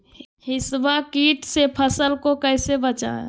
हिसबा किट से फसल को कैसे बचाए?